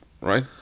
right